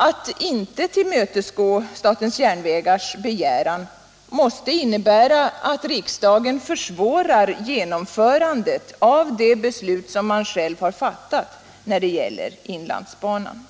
Att inte tillmötesgå statens järnvägars begäran måste innebära att riksdagen försvårar genomförandet av det beslut man själv har fattat när det gäller inlandsbanan.